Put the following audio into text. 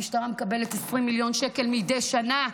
המשטרה מקבלת 20 מיליון שקל מדי שנה,